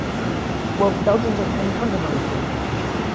well, belgians are paying tons of money for content.